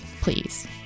please